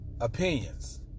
opinions